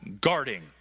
guarding